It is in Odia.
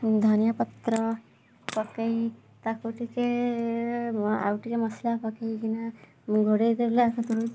ଧନିଆ ପତ୍ର ପକାଇ ତାକୁ ଟିକେ ଆଉ ଟିକେ ମସଲା ପକାଇକିନା ଘୋଡ଼ାଇ ଦେଲା କତିରୁ